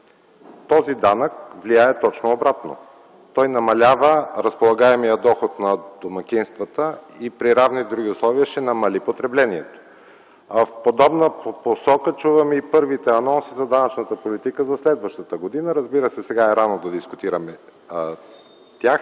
Този данък влияе точно обратно. Той намалява разполагаемия доход на домакинствата и при равни други условия ще намали потреблението. В подобна посока чувам са и първите анонси за данъчната политика за следващата година. Разбира се, сега е рано да дискутираме и тях,